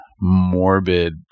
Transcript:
morbid